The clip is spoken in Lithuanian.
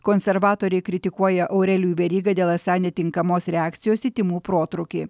konservatoriai kritikuoja aurelijų verygą dėl esą netinkamos reakcijos į tymų protrūkį